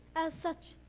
as such,